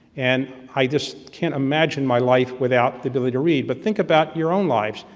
and i just can't imagine my life without the ability to read. but think about your own lives,